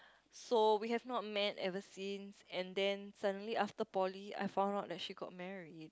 so we have not met ever since and then suddenly after poly I found out that she got married